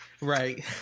Right